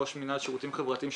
ראש מנהל שירותים חברתיים,